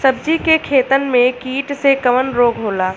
सब्जी के खेतन में कीट से कवन रोग होला?